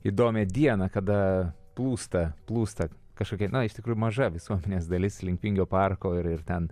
įdomią dieną kada plūsta plūsta kažkokia iš tikrųjų maža visuomenės dalis link vingio parko ir ir ten